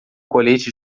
colete